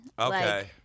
Okay